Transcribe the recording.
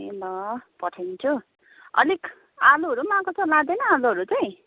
ए ल पठाइदिन्छु अलिक आलुहरू पनि आएको छ लाँदैन आलुहरू चाहिँ